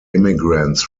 immigrants